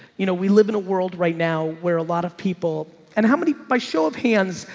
you know, we live in a world right now where a lot of people and how many by show of hands,